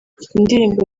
indirimbo